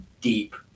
deep